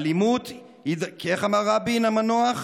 איך אמר רבין המנוח?